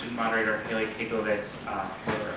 moderator haley keglovitz